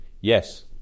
Yes